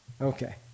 Okay